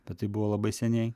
bet tai buvo labai seniai